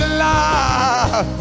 love